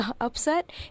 upset